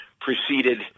preceded